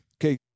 Okay